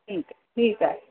जी ठीकु आहे